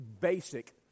basic